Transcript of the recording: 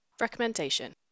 Recommendation